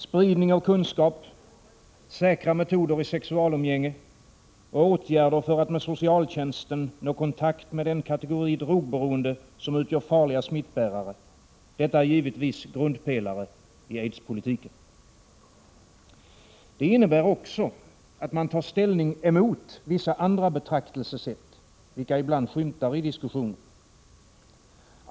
Spridning av kunskap, säkra metoder i sexualumgänget och åtgärder för att med socialtjänsten nå kontakt med den kategori drogberoende som utgör farliga smittbärare är givetvis grundpelare i aidspolitiken. Det innebär också att man tar ställning emot vissa andra betraktelsesätt, vilka ibland skymtar i diskussionen.